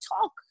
talk